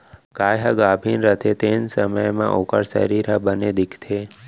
गाय ह गाभिन रथे तेन समे म ओकर सरीर ह बने दिखथे